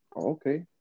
Okay